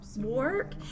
work